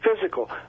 physical